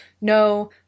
no